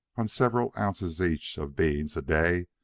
on several ounces each of beans a day,